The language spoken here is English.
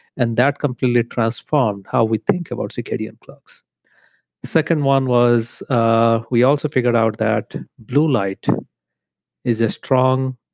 and that completely transformed how we think about circadian clocks the second one was ah we also figured out that blue light is a strong